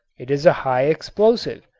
it is a high explosive.